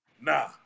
nah